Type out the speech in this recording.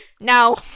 No